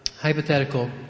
Hypothetical